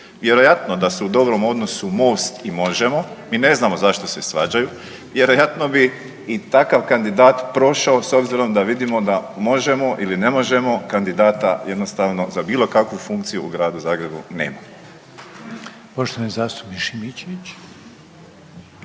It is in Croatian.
vjerojatno da su u dobrom odnosu MOST i MOŽEMO. Mi ne znamo zašto se svađaju. Vjerojatno bi i takav kandidat prošao s obzirom da vidimo da MOŽEMO ili ne možemo kandidata jednostavno za bilo kakvu funkciju u gradu Zagrebu nema. **Reiner, Željko